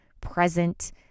present